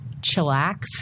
chillax